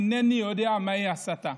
אינני יודע מהי הסתה.